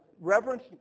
reverence